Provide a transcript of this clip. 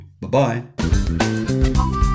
Bye-bye